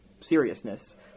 seriousness